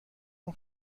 اون